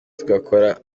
tugakora